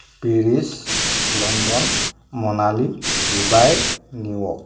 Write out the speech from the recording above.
Paris London Manali Dubai New York